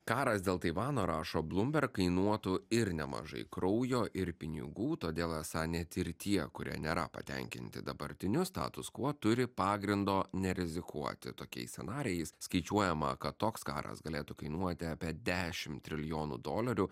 karas dėl taivano rašo bloomberg kainuotų ir nemažai kraujo ir pinigų todėl esą net ir tie kurie nėra patenkinti dabartiniu status quo turi pagrindo nerizikuoti tokiais scenarijais skaičiuojama kad toks karas galėtų kainuoti apie dešim trilijonų dolerių